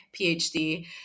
PhD